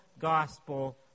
gospel